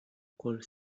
colle